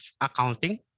accounting